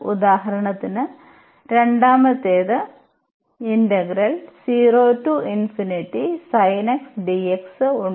ഉദാഹരണത്തിന് രണ്ടാമത്തേത് ഉണ്ട്